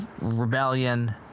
rebellion